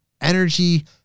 energy